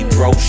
Bro